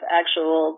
actual